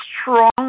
strong